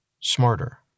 smarter